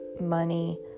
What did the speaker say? money